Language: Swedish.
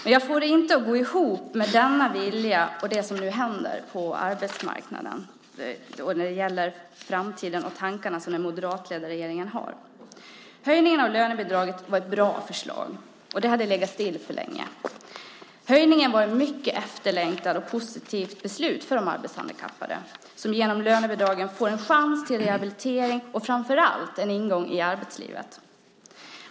Men jag får inte denna vilja att gå ihop med det som nu händer på arbetsmarknaden när det gäller framtiden och de tankar som den moderatledda regeringen har. Höjningen av lönebidraget var ett bra förslag. Det hade legat stilla för länge. Höjningen var ett mycket efterlängtat och positivt beslut för de arbetshandikappade, som genom lönebidragen får en chans till rehabilitering och, framför allt, en ingång i arbetslivet.